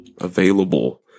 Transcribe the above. available